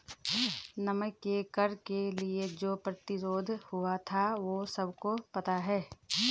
नमक के कर के लिए जो प्रतिरोध हुआ था वो सबको पता है